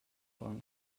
voran